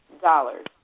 dollars